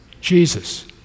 Jesus